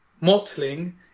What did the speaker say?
mottling